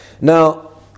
Now